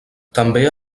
també